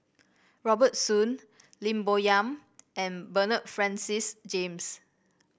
Robert Soon Lim Bo Yam and Bernard Francis James